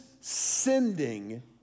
sending